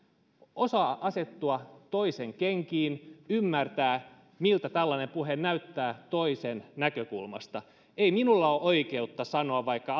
osaa asettua toisen kenkiin ymmärtää miltä tällainen puhe näyttää toisen näkökulmasta ei minulla ole oikeutta sanoa vaikka